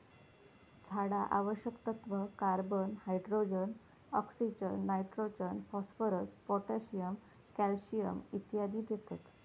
झाडा आवश्यक तत्त्व, carbon, hydrogen, oxygen, nitrogen, phosphorus, potassium, calcium इत्यादी देतत